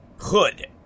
hood